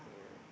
yeah